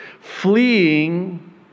fleeing